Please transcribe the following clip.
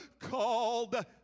called